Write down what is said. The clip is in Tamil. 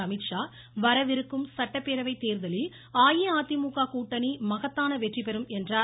அமீத்ஷா வரவிருக்கும் சட்டப்பேரவைத் தேர்தலில் அஇஅதிமுக கூட்டணி மகத்தான வெற்றி பெறும் என்றார்